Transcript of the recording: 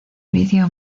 video